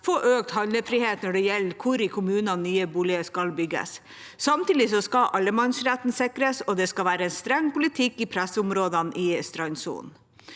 få økt handlefrihet når det gjelder hvor i kommunen nye boliger skal bygges. Samtidig skal allemannsretten sikres, og det skal være streng politikk i pressområdene i strandsonen.